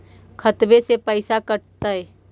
खतबे से पैसबा कटतय?